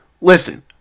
Listen